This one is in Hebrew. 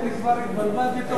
כי כבר התבלבלתי.